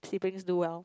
siblings do well